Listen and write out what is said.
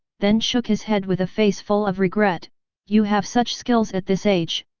then shook his head with a face full of regret you have such skills at this age,